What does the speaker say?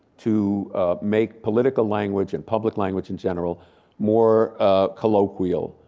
to make political language and public language in general more colloquial,